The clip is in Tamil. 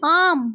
ஆம்